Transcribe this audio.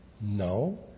No